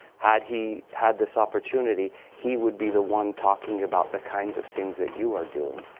had he had this opportunity, he would be the one talking about the kinds of things that you are doing.